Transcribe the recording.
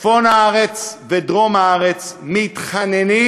צפון הארץ ודרום הארץ מתחננים